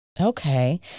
Okay